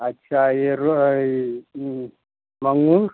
अच्छा यह मंगमुंस